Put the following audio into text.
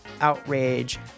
Outrage